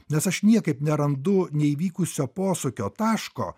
nes aš niekaip nerandu neįvykusio posūkio taško